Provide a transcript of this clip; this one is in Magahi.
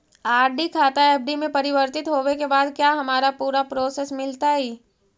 आर.डी खाता एफ.डी में परिवर्तित होवे के बाद क्या हमारा पूरे पैसे मिलतई